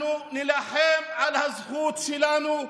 אנחנו נילחם על הזכות שלנו,